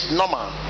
normal